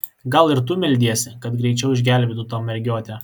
gal ir tu meldiesi kad greičiau išgelbėtų tą mergiotę